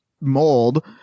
mold